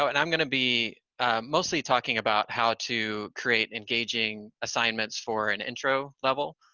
so and i'm gonna be mostly talking about how to create engaging assignments for an intro level,